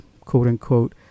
quote-unquote